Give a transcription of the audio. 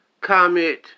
comment